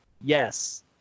Yes